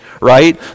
right